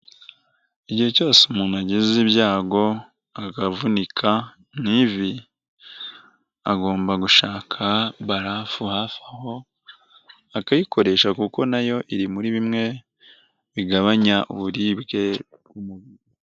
Igihe cyose umuntu agize ibyago akavunika mu ivi, agomba gushaka barafu hafi aho akayikoresha, kuko nayo iri muri bimwe bigabanya uburibwe mu mubiri.